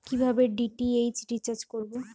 কিভাবে DTH recharge করব?